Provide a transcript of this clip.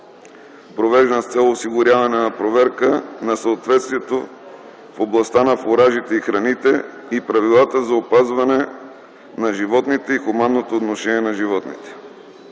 провеждан с цел осигуряване на проверка на съответствието в областта на фуражите и храните и правилата за опазване на животните и хуманното отношение на животните.